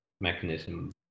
mechanism